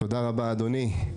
תודה רבה, אדוני.